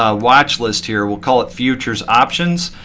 ah watch list here, we'll call it futures options.